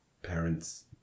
parents